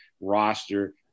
roster